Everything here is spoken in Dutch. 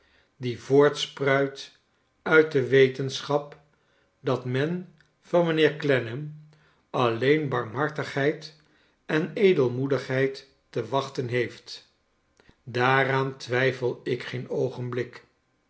die voortspruit uit de weten schap dat men van mijnheer clennam alleen barmhartigheid en edel i moedigheid te wachten heeft daaraan twijfel ik geen oogenblik